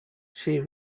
she